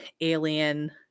alien